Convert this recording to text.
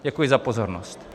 Děkuji za pozornost.